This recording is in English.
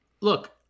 Look